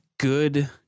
Good